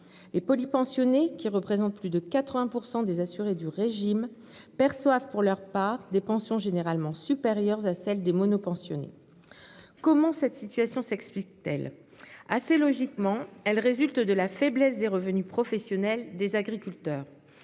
Les polypensionnés, qui représentent plus de 80 % des assurés du régime, perçoivent des pensions généralement supérieures à celles des monopensionnés. Comment cette situation s'explique-t-elle ? Assez logiquement, elle résulte de la faiblesse des revenus professionnels des agriculteurs.